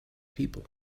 people